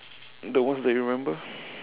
the ones that you remember